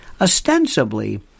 ostensibly